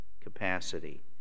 capacity